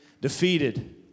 defeated